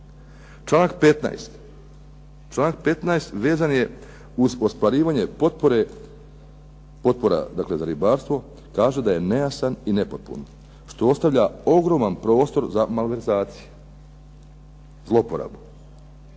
Članak 15. vezan je uz ostvarivanje potpore, potpora dakle za ribarstvo kaže da je nejasan i nepotpun što ostavlja ogroman prostor za malverzacije, zlouporabu.